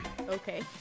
okay